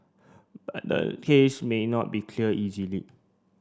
but the case may not be cleared easily